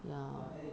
ya